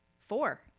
Four